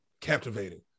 captivating